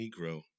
Negro